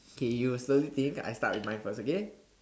K you slowly think I start with my first okay